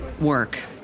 work